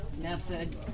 method